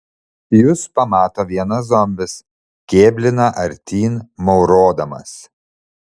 jus pamato vienas zombis kėblina artyn maurodamas